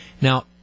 Now